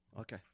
Okay